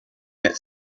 made